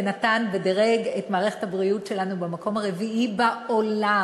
נתן ודירג את מערכת הבריאות שלנו במקום הרביעי בעולם,